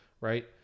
right